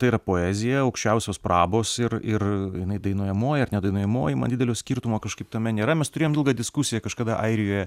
tai yra poezija aukščiausios prabos ir ir jinai dainuojamoji ar nedainuojamoji man didelio skirtumo kažkaip tame nėra mes turėjom ilgą diskusiją kažkada airijoje